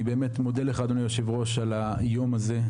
אני באמת מודה לך, אדוני היושב ראש, על היום הזה.